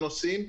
גם עם הנציבות,